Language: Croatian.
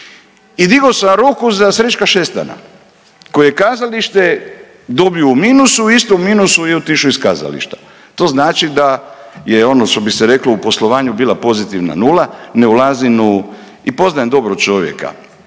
i digao sam ruku za Srećka Šestana koji je kazalište dobio u minusu i u istom minusu je otišao iz kazališta. To znači da je ono što bi se reklo u poslovanju bila pozitivna nula, ne ulazim u i poznajem dobro čovjeka